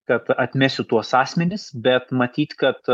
kad atmesiu tuos asmenis bet matyt kad